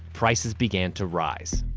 prices began to rise.